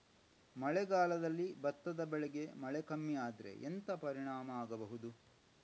ಮಳೆಗಾಲದಲ್ಲಿ ಭತ್ತದ ಬೆಳೆಗೆ ಮಳೆ ಕಮ್ಮಿ ಆದ್ರೆ ಎಂತ ಪರಿಣಾಮ ಆಗಬಹುದು?